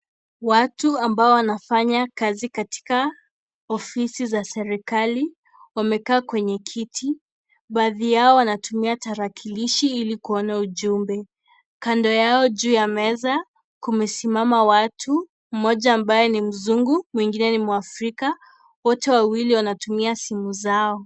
Watu ambao wanafanya kazi katika ofisi za serikali wamekaa kwenye kiti baadhi yao wanatumia tarakilishi ili kuona ujumbe kando yao juu ya meza kumesimama watu mmoja ambaye ni mzungu mwingine ambaye ni mwafrika wote wawili wanatumia simu zao.